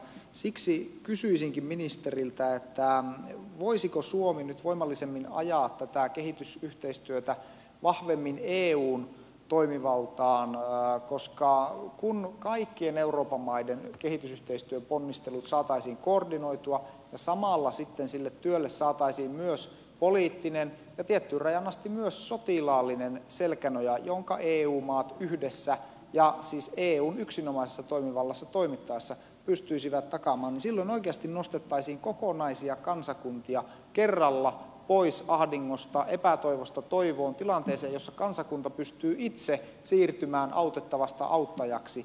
siksi kysyisinkin ministeriltä voisiko suomi nyt voimallisemmin ajaa tätä kehitysyhteistyötä vahvemmin eun toimivaltaan koska kun kaikkien euroopan maiden kehitysyhteistyöponnistelut saataisiin koordinoitua ja samalla sitten sille työlle saataisiin myös poliittinen ja tiettyyn rajaan asti myös sotilaallinen selkänoja jonka eu maat yhdessä ja siis eun yksinomaisessa toimivallassa toimittaessa pystyisivät takaamaan niin silloin oikeasti nostettaisiin kokonaisia kansakuntia kerralla pois ahdingosta epätoivosta toivoon tilanteeseen jossa kansakunta pystyy itse siirtymään autettavasta auttajaksi